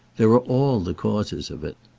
there are all the causes of it!